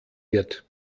wird